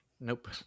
Nope